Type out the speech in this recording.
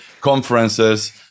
conferences